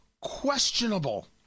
questionable